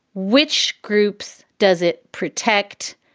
which groups does it protect?